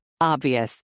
Obvious